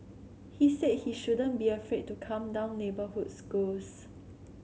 he said he shouldn't be afraid to come down neighbourhood schools